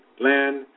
land